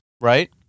Right